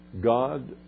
God